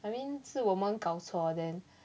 I mean 是我们搞错 then